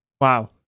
Wow